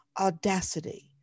audacity